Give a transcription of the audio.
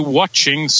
watching